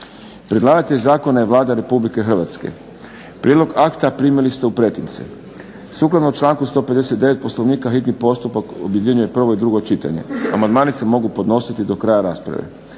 Predlagatelj zakona je Vlada Republike Hrvatske. Prijedlog akta primili ste u pretince. Sukladno članku 159. Poslovnika hitni postupak objedinjuje prvo i drugo čitanje. Amandmani se mogu podnositi do kraja rasprave.